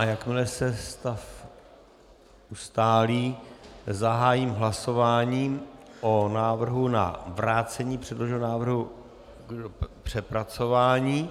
Jakmile se stav ustálí, zahájím hlasování o návrhu na vrácení předloženého návrhu k přepracování.